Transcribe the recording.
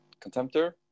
contemptor